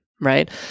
right